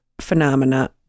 phenomena